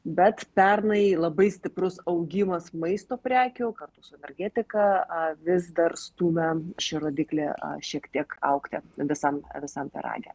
bet pernai labai stiprus augimas maisto prekių kartu su energetika vis dar stumia šį rodiklį šiek tiek augti visam visam pyrage